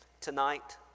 tonight